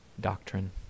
doctrine